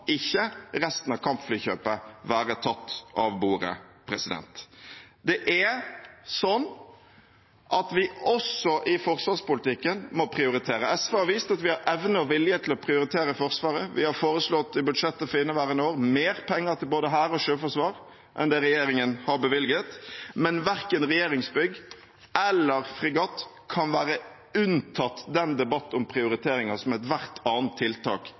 ikke resten av kampflykjøpet være tatt av bordet. Det er sånn at vi også i forsvarspolitikken må prioritere. SV har vist at vi har evne og vilje til å prioritere Forsvaret. Vi har i budsjettet for inneværende år foreslått mer penger til både hær og sjøforsvar enn det regjeringen har bevilget, men verken regjeringsbygg eller fregatt kan være unntatt den debatten om prioriteringer som ethvert annet tiltak